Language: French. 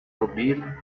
mobile